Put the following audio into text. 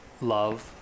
love